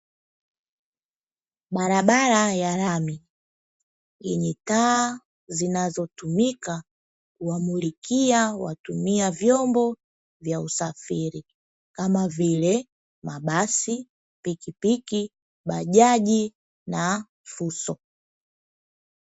Barabara ya rami yenye taa zinazotumika kuwamulikia watumia vyombo vya usafiri kama vile mabasi, pikipiki, bajaji na fuso.